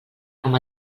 com